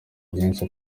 byinshi